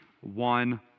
one